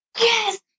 Yes